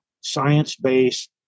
science-based